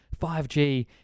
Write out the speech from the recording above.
5G